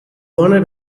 wanted